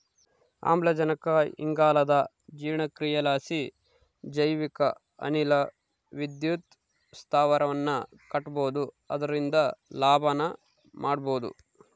ಆಮ್ಲಜನಕ ಇಲ್ಲಂದಗ ಜೀರ್ಣಕ್ರಿಯಿಲಾಸಿ ಜೈವಿಕ ಅನಿಲ ವಿದ್ಯುತ್ ಸ್ಥಾವರವನ್ನ ಕಟ್ಟಬೊದು ಅದರಿಂದ ಲಾಭನ ಮಾಡಬೊಹುದು